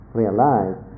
realize